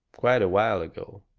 quite a while ago.